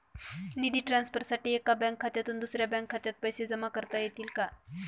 निधी ट्रान्सफरसाठी एका बँक खात्यातून दुसऱ्या बँक खात्यात पैसे जमा करता येतील का?